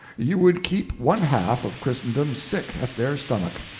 you would keep one-half of christendom sick at their stomach.